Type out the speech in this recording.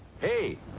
Hey